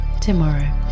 tomorrow